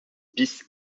bis